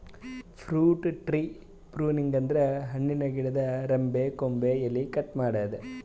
fruit tree pruning ಅಂದ್ರ ಹಣ್ಣಿನ್ ಗಿಡದ್ ರೆಂಬೆ ಕೊಂಬೆ ಎಲಿ ಕಟ್ ಮಾಡದ್ದ್